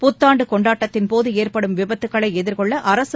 புத்தாண்டு கொண்டாட்டத்தின் போது ஏற்படும் விபத்துக்களை எதிர்கொள்ள அரசு